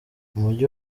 umujyi